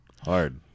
Hard